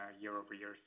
year-over-year